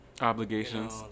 Obligations